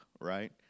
right